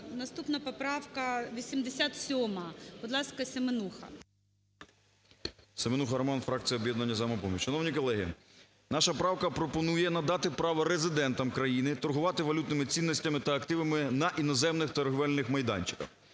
Наступна поправка 87-а. Будь ласка, Семенуха. 16:27:17 СЕМЕНУХА Р.С. Семенуха Роман, фракція "Об'єднання "Самопоміч". Шановні колеги, наша правка пропонує надати право резидентам країни торгувати валютними цінностями та активами на іноземних торгівельних майданчиках